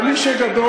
זה מי שגדול.